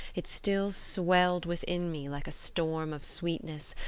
it still swelled within me like a storm of sweetness,